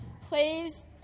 Please